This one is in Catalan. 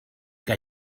que